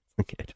okay